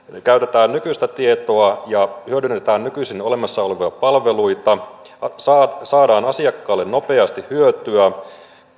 käytetään nykyistä tietoa ja hyödynnetään nykyisin jo olemassa olevia palveluita saadaan asiakkaalle nopeasti hyötyä